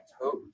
toes